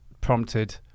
prompted